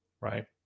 right